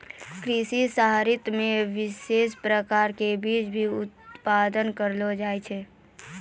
कृषि सहकारिता मे विशेष प्रकार रो बीज भी उत्पादन करलो जाय छै